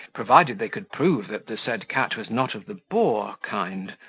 provided they could prove that the said cat was not of the boar kind,